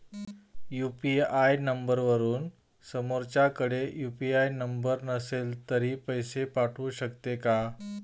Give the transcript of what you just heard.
UPI नंबरवरून समोरच्याकडे UPI number नसेल तरी पैसे पाठवू शकते का?